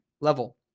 level